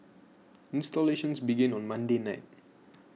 installations began on Monday night